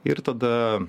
ir tada